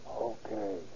Okay